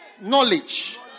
knowledge